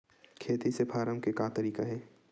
खेती से फारम के का तरीका हे?